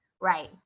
Right